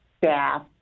staff